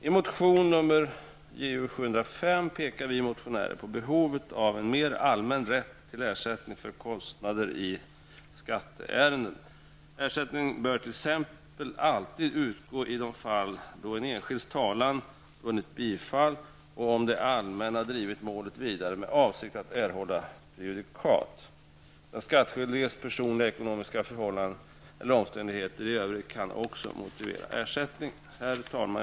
I motion Ju705 pekar vi motionärer på behovet av en mer allmän rätt till ersättning för kostnader i skatteärenden. Ersättning bör t.ex. alltid utgå i de fall då en enskilds talan vunnit bifall och om det allmänna drivit målet vidare med avsikt att erhålla prejudikat. Den skattskyldiges personliga ekonomiska förhållanden eller omständigheter i övrigt kan också motivera ersättning. Herr talman!